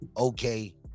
okay